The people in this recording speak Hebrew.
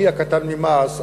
אני הקטן ממעש,